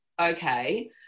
okay